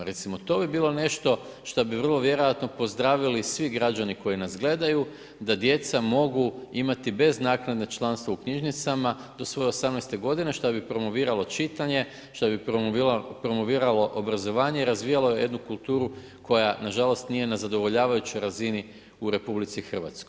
Recimo, to bi bilo nešto šta bi vrlo vjerojatno pozdravili svi građani koji nas gledaju da djeca mogu imati bez naknade članstvo u knjižnicama do svoje 18. godine, što bi promoviralo čitanje, što bi promoviralo obrazovanje i razvijalo jednu kulturu koja nažalost nije na zadovoljavajućoj razini u RH.